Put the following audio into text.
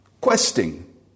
Questing